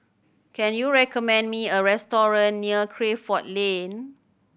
can you recommend me a restaurant near Crawford Lane